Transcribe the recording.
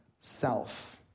self